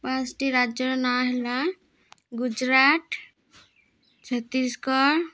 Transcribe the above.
ପାଞ୍ଚଟି ରାଜ୍ୟର ନାଁ ହେଲା ଗୁଜୁରାଟ ଛତିଶଗଡ଼